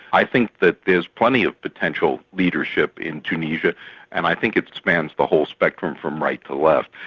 i think that there's plenty of potential leadership in tunisia and i think it spans the whole spectrum from right to left.